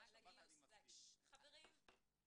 אני חושב אחד ההישגים הגדולים,